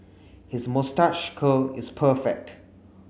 his moustache curl is perfect